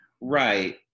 right